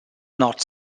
not